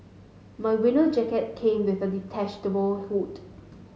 my winter jacket came with a detachable hood